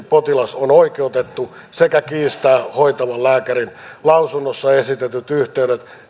potilas on oikeutettu sekä kiistää hoitavan lääkärin lausunnossa esitetyt yhteydet